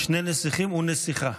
שני נסיכים ונסיכה.